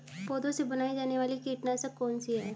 पौधों से बनाई जाने वाली कीटनाशक कौन सी है?